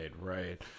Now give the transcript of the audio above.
right